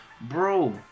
Bro